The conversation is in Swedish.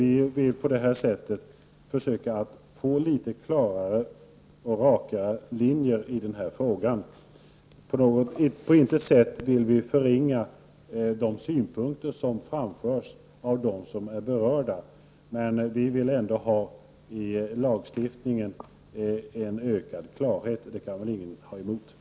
Vi vill på detta sätt försöka få litet klarare, rakare linjer i denna fråga. Vi vill på intet sätt förringa de synpunkter som framförs av de berörda. Men vi vill ändå i lagstiftningen ha en ökad klarhet, och det kan väl ingen ha någonting emot.